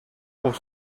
pour